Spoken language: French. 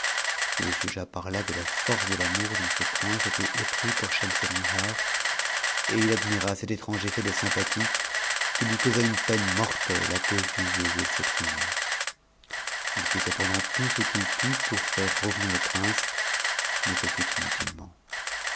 jugea par là de la force de l'amour dont ce prince était épris pour schemselnihar et il admira cet étrange effet de sympathie qui lui causa une peine mortelle à cause du lieu où ils se trouvaient il fit cependant tout ce qu'il put pour faire revenir le prince mais ce fut inutilement